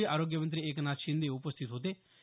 यावेळी आरोग्यमंत्री एकनाथ शिंदे उपस्थित होते